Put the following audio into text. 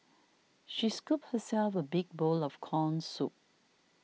she scooped herself a big bowl of Corn Soup